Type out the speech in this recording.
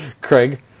Craig